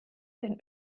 den